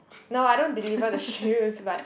no I don't deliver the shoes but